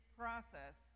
process